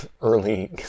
early